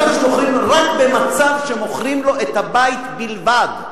רק במצב שמוכרים לו את הבית, בלבד.